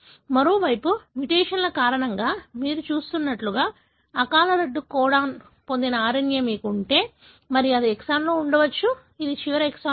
మరోవైపు మ్యుటేషన్ కారణంగా మీరు చూస్తున్నట్లుగా అకాల రద్దు కోడాన్ పొందిన RNA మీకు ఉంటే మరియు అది ఎక్సాన్లో ఉండవచ్చు ఇది చివరి ఎక్సాన్ కాదు